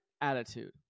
attitude